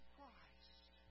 Christ